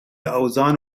اوزان